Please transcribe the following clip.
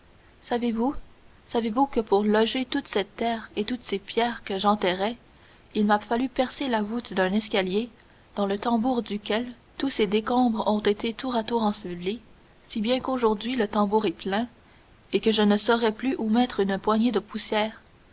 savez-vous savez-vous que pour loger toute cette terre et toutes ces pierres que j'enterrais il m'a fallu percer la voûte d'un escalier dans le tambour duquel tous ces décombres ont été tour à tour ensevelis si bien qu'aujourd'hui le tambour est plein et que je ne saurais plus où mettre une poignée de poussière